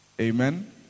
amen